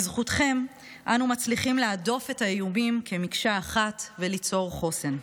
בזכותכם אנו מצליחים להדוף את האיומים כמקשה אחת וליצור חוסן.